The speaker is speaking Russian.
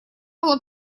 было